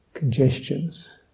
congestions